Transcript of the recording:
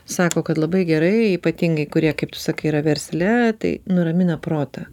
sako kad labai gerai ypatingai kurie kaip tu sakai yra versle tai nuramina protą